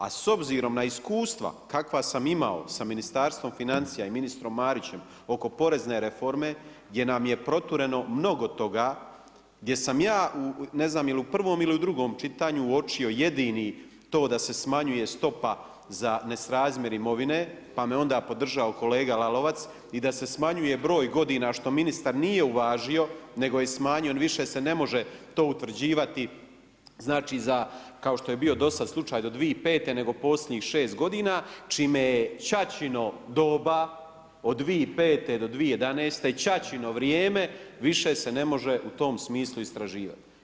A s obzirom na iskustva kakva sam imao sa Ministarstvom financija i ministrom Marićem oko porezne reforme gdje nam je protureno mnogo toga, gdje sam ja, ne znam je li u prvom ili drugom čitanju, uočio jedini, to da se smanjuje stopa za nesrazmjer imovine pa me onda podržao kolega Lalovac, i da se smanjuje broj godina što ministar nije uvažio nego je smanjio, više se ne može to utvrđivati znači za, kao što je bio dosad slučaj do 2005. nego posljednjih 6 godina, čime je ćaćino doba od 2005. do 2011., ćaćino vrijeme, više se ne može u tom smislu istraživati.